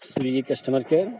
Swiggy customer care